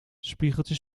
spiegeltje